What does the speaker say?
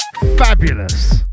Fabulous